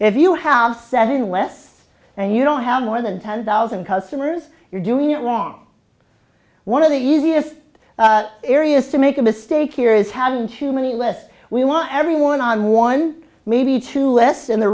if you have seven less and you don't have more than ten thousand customers you're doing it wrong one of the easiest areas to make a mistake here is having too many less we want everyone on one maybe two less and the